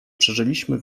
przeżyliśmy